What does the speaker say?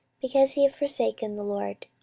because ye have forsaken the lord,